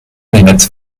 minutes